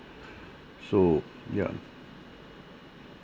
so ya